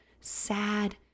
sad